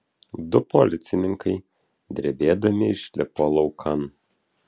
du policininkai drebėdami išlipo laukan